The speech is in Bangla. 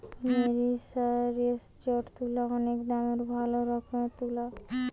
মেরিসারেসজড তুলা অনেক দামের ভালো রকমের তুলা